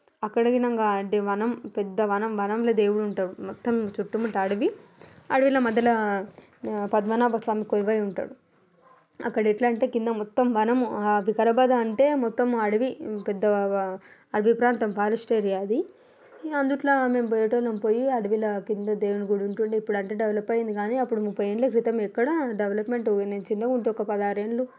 అక్కడింకా అంటే వనం పెద్ద వనం వనంలో దేవుడు ఉంటాడు మొత్తం చుట్టూ ముట్టూ అడివి అడివిలో మధ్యలో పద్మనాభ స్వామి కొలువై ఉంటాడు అక్కడ ఎలా అంటే క్రింద మొత్తం వనము వికారాబాద్ అంటే మొత్తం అడవి పెద్దగా అడవి ప్రాంతం ఫారెస్ట్ ఏరియా అది అందులో మేము పోయేవాళ్ళము పోయి అడవిలో క్రింద దేవుని గుడి ఉండేది ఇప్పుడు అంటే డెవలప్ అయింది కానీ అప్పుడు ముప్పై ఏళ్ళ క్రితము ఎక్కడ డెవలప్మెంట్ నేను చిన్నగా ఉండేది ఒక పదహారేళ్ళు